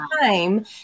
time